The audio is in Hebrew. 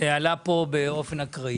פה באופן אקראי.